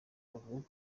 bavuga